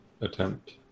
attempt